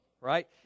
Right